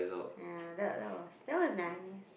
ya that that was that was nice